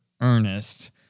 Ernest